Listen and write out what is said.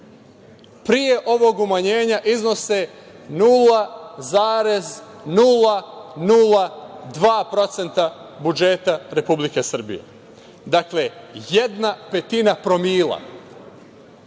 pre ovog umanjenja iznose 0,002% budžeta Republike Srbije. Dakle, jedna petina promila,